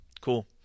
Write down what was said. Cool